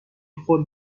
خرد